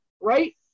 right